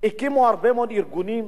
הקימו הרבה מאוד ארגונים,